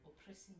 oppressing